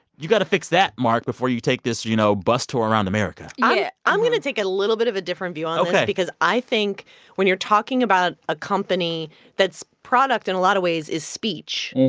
you've got to fix that, mark, before you take this, you know, bus tour around america i'm yeah i'm going to take a little bit of a different view on this yeah because i think when you're talking about a company that's product in a lot of ways is speech,